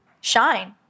shine